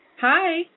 Hi